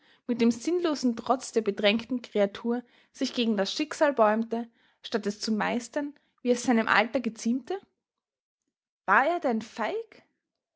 mit dem sinnlosen trotz der bedrängten kreatur sich gegen das schicksal bäumte statt es zu meistern wie es seinem alter geziemte war er denn feig